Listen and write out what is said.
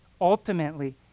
ultimately